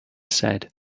said